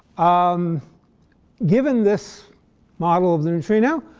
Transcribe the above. um given this model of the neutrino,